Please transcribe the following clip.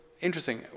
interesting